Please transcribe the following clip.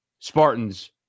Spartans